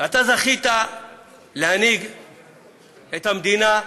אתה זכית להנהיג את המדינה,